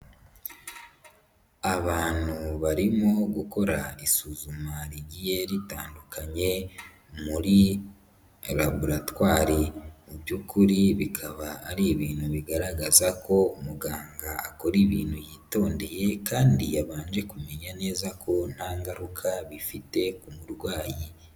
Abantu barimo gukora isuzuma rigiye ritandukanye, muri laboratwari mu by'ukuri bikaba ari ibintu bigaragaza ko muganga akora ibintu yitondeye kandi yabanje kumenya neza ko nta ngaruka bifite ku murwayi.